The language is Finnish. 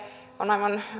on aivan